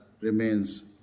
remains